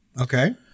okay